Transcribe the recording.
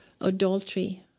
adultery